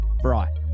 Bright